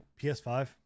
PS5